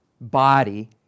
body